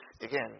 again